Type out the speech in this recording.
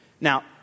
Now